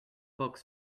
books